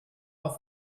auf